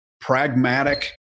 pragmatic